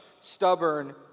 stubborn